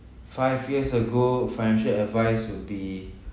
five years ago financial advice would be